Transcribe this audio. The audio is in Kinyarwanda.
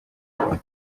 ibona